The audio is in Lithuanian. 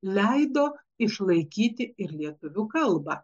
leido išlaikyti ir lietuvių kalbą